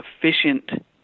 efficient